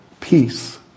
peace